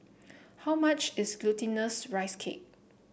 how much is Glutinous Rice Cake